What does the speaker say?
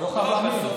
אתה לא חייב להאמין.